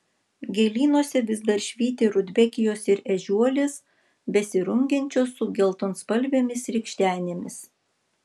gėlynuose vis dar švyti rudbekijos ir ežiuolės besirungiančios su geltonspalvėmis rykštenėmis